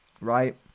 right